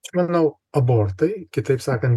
aš manau abortai kitaip sakant